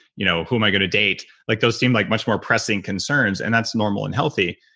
you know who am i gonna date. like those seem like much more pressing concerns, and that's normal and healthy.